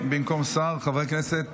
חברי הכנסת,